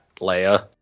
Leia